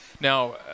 Now